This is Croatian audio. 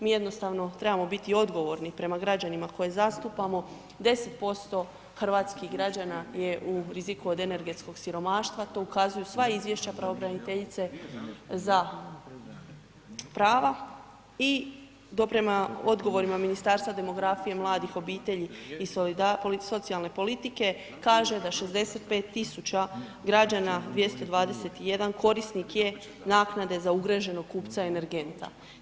Mi jednostavno trebamo biti odgovorni prema građanima koje zastupamo, 10% hrvatskih građana je u riziku od energetskog siromaštva, to ukazuju sva izvješća pravobraniteljice za prava i do prema odgovorima Ministarstva demografije, mladih, obitelji i socijalne politike kaže 65 tisuća građana 221 korisnik je naknade za ugroženog kupca energenta.